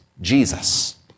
Jesus